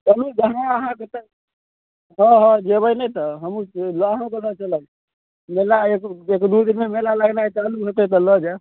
तनी जहाँ आहाँके ओतऽ हँ हँ जेबै ने तऽ हमहूँ राहुलके ओतऽ सँ चलि अबै छी मेला एक दू दिनमे मेला लगनाइ चालू हेतै तऽ लऽ जायब